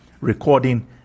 recording